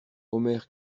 omer